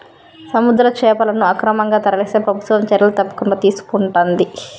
సముద్ర చేపలను అక్రమంగా తరలిస్తే ప్రభుత్వం చర్యలు తప్పకుండా తీసుకొంటది